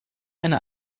eine